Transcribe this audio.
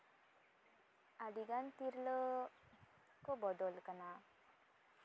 ᱟᱹᱰᱤᱜᱟᱱ ᱛᱤᱨᱞᱟᱹ ᱠᱚ ᱵᱚᱫᱚᱞ ᱠᱟᱱᱟ